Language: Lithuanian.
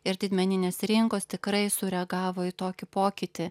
ir didmeninės rinkos tikrai sureagavo į tokį pokytį